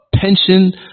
pension